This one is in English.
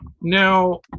Now